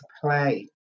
play